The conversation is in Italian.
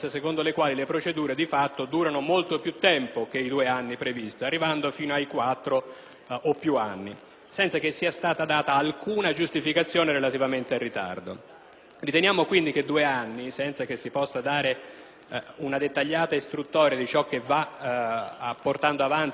o più anni, senza che sia stata fornita alcuna giustificazione relativamente al ritardo. Riteniamo quindi che due anni, senza che venga fornita una dettagliata istruttoria di ciò che va portando avanti l'amministrazione pubblica, costituiscano un tempo troppo lungo per questo tipo di procedure. Per tale ragione, con il nostro